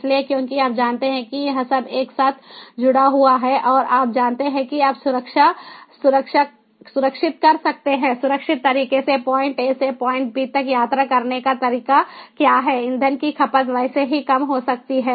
इसलिए क्योंकि आप जानते हैं कि यह सब एक साथ जुड़ा हुआ है और आप जानते हैं कि आप सुरक्षित कर सकते हैं सुरक्षित तरीके से पॉइंट A से पॉइंट B तक यात्रा करने का तरीका क्या है ईंधन की खपत वैसे ही कम हो सकती है